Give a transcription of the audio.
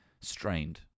Strained